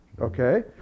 Okay